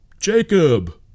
Jacob